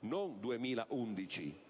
non 2011.